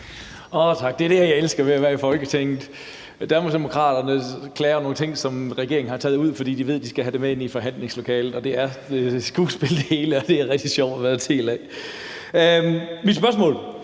Tak. Det er det, jeg elsker ved at være i Folketinget: Danmarksdemokraterne klager over nogle ting, som regeringen har taget ud, fordi de ved, at de skal have det med ind i forhandlingslokalet. Det hele er skuespil, og det er rigtig sjovt at være en del af. Mit spørgsmål